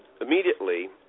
immediately –